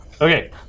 Okay